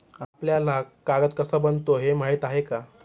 आपल्याला कागद कसा बनतो हे माहीत आहे का?